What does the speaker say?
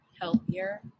healthier